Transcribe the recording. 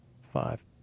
five